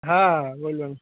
হ্যাঁ বলবেন